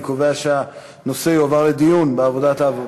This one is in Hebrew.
אני קובע שהנושא יועבר לדיון בוועדת העבודה,